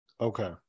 Okay